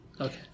Okay